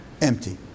empty